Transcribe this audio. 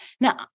Now